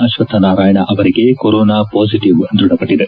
ಅಶ್ವತ್ಸನಾರಾಯಣ ಅವರಿಗೆ corona positive ದೃಢಪಟ್ಟದೆ